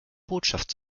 botschaft